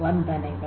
ವಂದನೆಗಳು